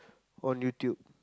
on YouTube